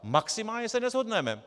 Maximálně se neshodneme.